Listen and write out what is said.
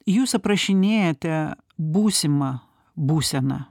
jūs aprašinėjate būsimą būseną